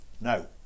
no